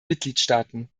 mitgliedstaaten